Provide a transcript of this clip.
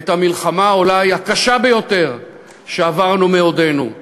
את המלחמה אולי הקשה ביותר שעברנו מעודנו.